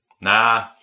nah